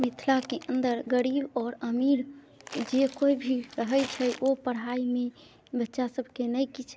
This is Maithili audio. मिथिलाके अन्दर गरीब आओर अमीर जे कोइ भी रहै छै ओ पढ़ाइमे बच्चा सबके नहि किछु